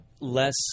less